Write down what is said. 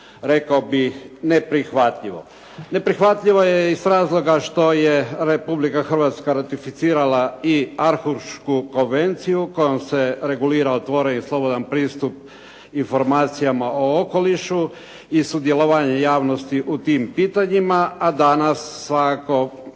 rekao bih neprihvatljivo. Neprihvatljivo je iz razloga što je Republika Hrvatska ratificirala i Arhušku konvenciju kojom se regulira otvoren i slobodan pristup informacijama o okolišu i sudjelovanje javnosti u tim pitanjima. A danas svakako